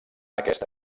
aquesta